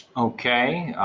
okay,